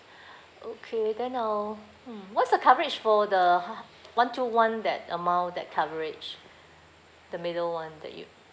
okay then I'll hmm what's the coverage for the hu~ one to one that amount that coverage the middle [one] that you